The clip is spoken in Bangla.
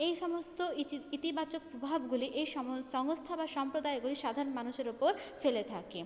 এই সমস্ত ইচি ইতিবাচক প্রভাবগুলি এই সম সংস্থা বা সম্প্রদায়গুলি সাধারণ মানুষের ওপর ফেলে থাকে